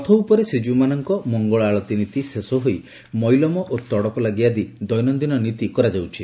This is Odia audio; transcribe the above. ରଥ ଉପରେ ଶ୍ରୀଜୀଉମାନଙ୍କ ମଙ୍ଗଳ ଆଳତୀ ନୀତି ଶେଷ ହୋଇ ମଇଲମ ଓ ତଡପଲାଗି ଆଦି ଦୈନନ୍ଦିନ ନୀତି କରାଯାଉଛି